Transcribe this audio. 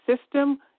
system